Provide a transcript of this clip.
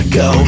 go